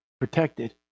protected